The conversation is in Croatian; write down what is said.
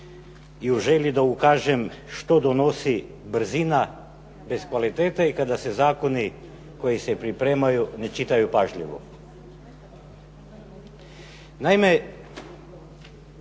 i u želji da ukažem što donosi brzina bez kvalitete i kada se zakoni koji se pripremaju ne čitaju pažljivo.